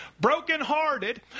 brokenhearted